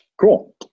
Cool